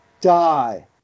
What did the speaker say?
die